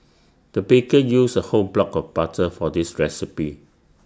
the baker used A whole block of butter for this recipe